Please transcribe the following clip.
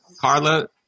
Carla